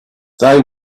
they